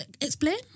Explain